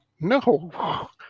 no